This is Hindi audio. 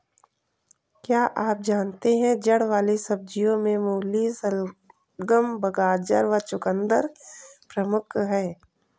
क्या आप जानते है जड़ वाली सब्जियों में मूली, शलगम, गाजर व चकुंदर प्रमुख है?